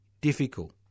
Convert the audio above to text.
difficult